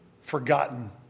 forgotten